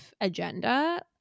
agenda